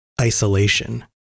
isolation